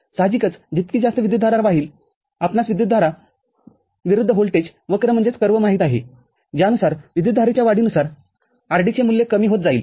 साहजिकच जितकी जास्त विद्युतधारा वाहीलआपणास विद्युतधारा विरुद्ध व्होल्टेज वक्रमाहित आहेज्यानुसार विद्युतधारेच्या वाढीनुसार rd चे मूल्य कमी होत जाईल